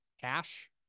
cash